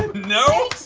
no!